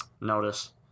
notice